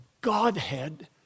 Godhead